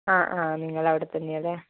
ആ ആ നിങ്ങൾ അവിടെ തന്നെയാലേ